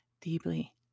deeply